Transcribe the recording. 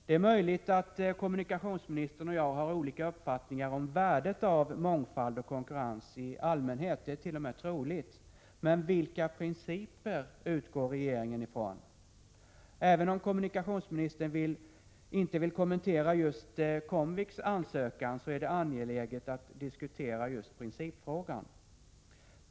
Det är möjligt att kommunikationsministern och jag har olika uppfattningar om värdet av mångfald och konkurrens i allmänhet. Det är t.o.m. troligt. Men vilka principer utgår regeringen ifrån? Även om kommunikationsministern inte vill kommentera just Comviks ansökan, är det angeläget att diskutera principfrågan.